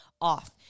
off